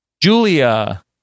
Julia